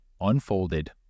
unfolded